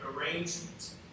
arrangements